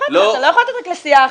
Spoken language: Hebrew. אל תעני לה.